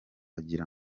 agira